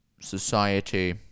Society